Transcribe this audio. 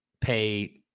pay